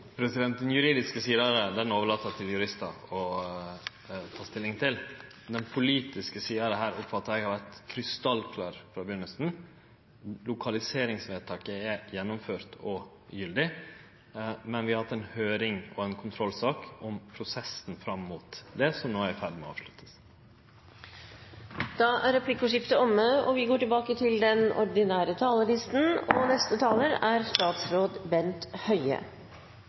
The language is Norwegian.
Den juridiske sida av det overlèt eg til juristar å ta stilling til. Men den politiske sida av dette oppfattar eg har vore krystallklar frå byrjinga. Lokaliseringsvedtaket er gjennomført og gyldig, men vi har hatt ei høyring på ei kontrollsak, om prosessen fram mot det, som no er i ferd med å verte avslutta. Replikkordskiftet er omme.